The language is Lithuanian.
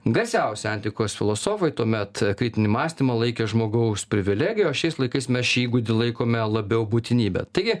garsiausi antikos filosofai tuomet kritinį mąstymą laikė žmogaus privilegija o šiais laikais mes šį įgūdį laikome labiau būtinybe taigi